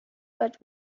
but